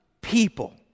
people